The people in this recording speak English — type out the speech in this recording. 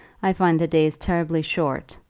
i find the days terribly short.